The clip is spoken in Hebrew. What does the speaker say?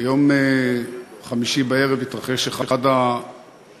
ביום חמישי בערב התרחש אחד המחזות